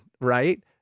right